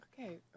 Okay